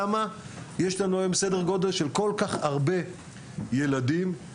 למה יש לנו היום כל כך הרבה ילדים בלי פתרון?